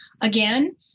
Again